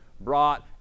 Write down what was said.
brought